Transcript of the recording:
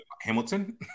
Hamilton